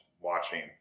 watching